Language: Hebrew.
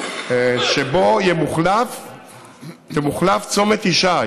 שבו ימוחלף צומת ישי.